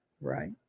Right